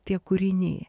tie kūriniai